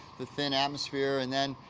the thin atmosphere, and then,